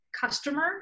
customer